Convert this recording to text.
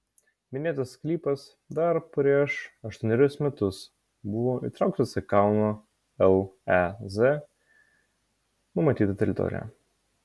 minėtas sklypas dar prieš aštuonerius metus buvo įtrauktas į kauno lez numatytą teritoriją